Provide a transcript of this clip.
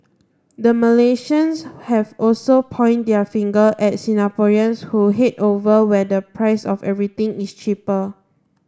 the Malaysians have also point their finger at Singaporeans who head over where the price of everything is cheaper